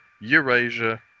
Eurasia